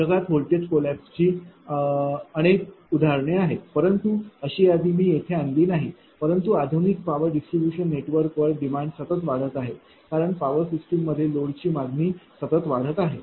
जगात व्होल्टेज कोलैप्सची अनेक उदाहरणे आहेत परंतु अशी यादी मी येथे आणली नाही परंतु आधुनिक पावर डिस्ट्रीब्यूशन नेटवर्कवर डिमांड सतत वाढत आहे कारण पावर सिस्टीम मध्ये लोडची मागणी वाढत आहे